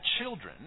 children